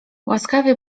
łaskawie